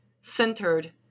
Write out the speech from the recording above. centered